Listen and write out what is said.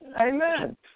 Amen